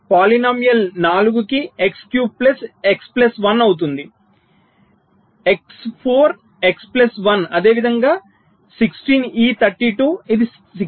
బహుపది 4 కి x cube plus x plus 1 అవుతుంది x 4 x ప్లస్ 1 అదేవిధంగా 16 ఈ 32 ఇది 64